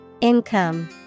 Income